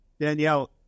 Danielle